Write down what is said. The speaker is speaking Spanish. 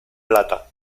plata